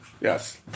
Yes